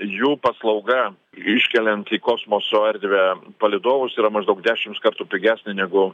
jų paslauga iškeliant į kosmoso erdvę palydovus yra maždaug dešims kartų pigesnė negu